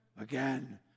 Again